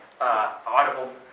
audible